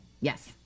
Yes